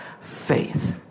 faith